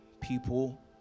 People